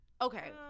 Okay